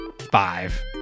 five